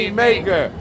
maker